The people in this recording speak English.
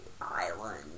island